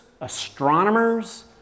astronomers